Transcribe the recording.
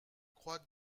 crois